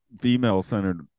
female-centered